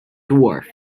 dwarf